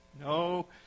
no